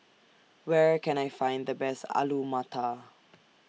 Where Can I Find The Best Alu Matar